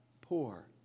poor